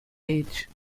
age